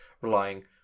relying